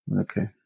Okay